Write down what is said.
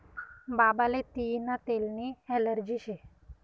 बाबाले तियीना तेलनी ॲलर्जी शे